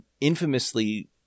infamously